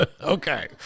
Okay